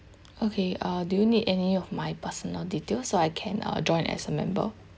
okay uh do you need any of my personal details so I can uh join as a member